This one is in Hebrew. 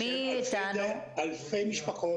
בשם אלפי משפחות